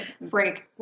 break